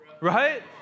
right